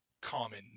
common